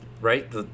right